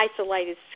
isolated